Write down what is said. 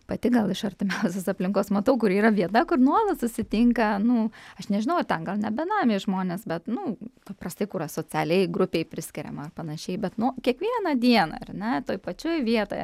pati gal iš artimiausios aplinkos matau kur yra vieta kur nuolat susitinka nu aš nežinau ar ten gal ne benamiai žmonės bet nu paprastai kur asocialiai grupei priskiriama ar panašiai bet nu kiekvieną dieną ar ne toj pačioj vietoje